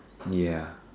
ya